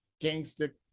gangster